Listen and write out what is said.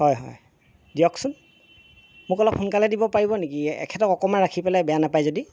হয় হয় দিয়কচোন মোক অলপ সোনকালে দিব পাৰিব নিকি এখেতক অকণমান ৰাখি পেলাই বেয়া নাপায় যদি